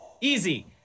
easy